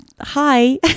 Hi